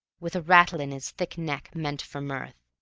with a rattle in his thick neck, meant for mirth.